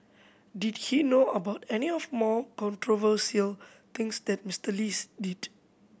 did he know about any of more controversial things that Mister Lee's did